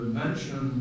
mention